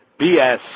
BS